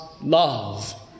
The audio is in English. love